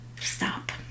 Stop